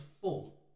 full